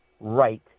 right